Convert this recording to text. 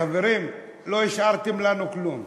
חברים, לא השארתם לנו כלום.